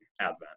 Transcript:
Advent